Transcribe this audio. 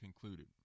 concluded